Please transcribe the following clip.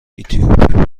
اتیوپی